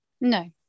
No